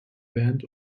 band